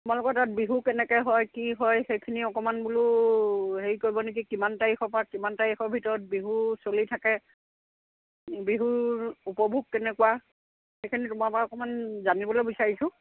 তোমালোকৰ তাত বিহু কেনেকে হয় কি হয় সেইখিনি অকণমান বোলো হেৰি কৰিব নেকি কিমান তাৰিখৰ পৰা কিমান তাৰিখৰ ভিতৰত বিহু চলি থাকে বিহুৰ উপভোগ কেনেকুৱা সেইখিনি তোমাৰ পৰা অকমান জানিবলে বিচাৰিছোঁ